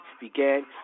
began